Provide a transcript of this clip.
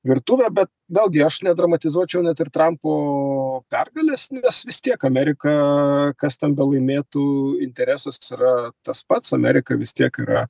virtuvę bet vėlgi aš nedramatizuočiau net ir trampo pergalės nes vis tiek amerika kas ten belaimėtų interesas yra tas pats amerika vis tiek yra